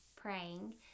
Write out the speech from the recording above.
praying